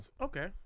okay